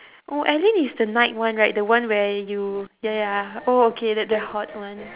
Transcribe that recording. oh alyn is the knight one right the one where you ya ya oh okay the the hot one